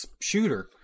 shooter